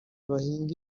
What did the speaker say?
bahinga